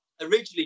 originally